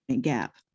gap